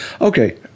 okay